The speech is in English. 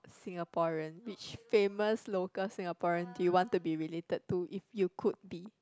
Singaporean which famous local Singaporean do you want to be related to if you could be